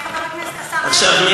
חבר הכנסת השר אלקין?